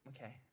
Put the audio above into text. Okay